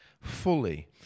fully